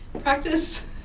Practice